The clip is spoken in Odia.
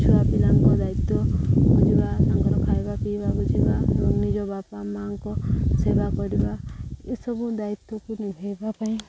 ଛୁଆ ପିଲାଙ୍କ ଦାୟିତ୍ୱ ବୁଜିବା ତାଙ୍କର ଖାଇବା ପିଇବା ବୁଝିବା ନିଜ ବାପା ମାଆଙ୍କ ସେବା କରିବା ଏସବୁ ଦାୟିତ୍ୱକୁ ନିଭେଇବା ପାଇଁ